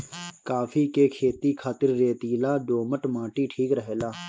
काफी के खेती खातिर रेतीला दोमट माटी ठीक रहेला